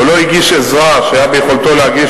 או לא הגיש עזרה שהיה ביכולתו להגיש,